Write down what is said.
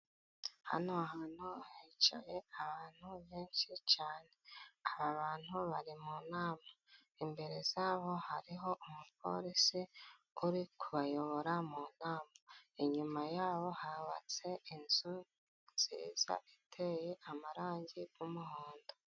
Hano hantu hicaye abantu benshi cyane, aba bantu bari mu nama imbere yabo hariho umuporisi uri kubayobora mu nama, inyuma yabo hubatse inzu nziza iteye amarangi y'umuhondo.